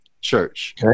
church